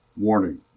Warning